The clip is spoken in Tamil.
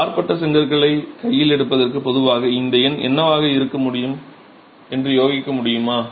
வார்ப்பட செங்கற்களை கையில் எடுப்பதற்கு பொதுவாக இந்த எண் என்னவாக இருக்கும் என்று யூகிக்க முடியுமா